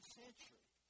century